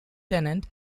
tennant